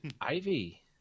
Ivy